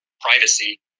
privacy